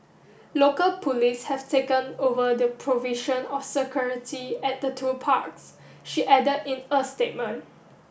local police have taken over the provision of security at the two parks she added in a statement